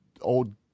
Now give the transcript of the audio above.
old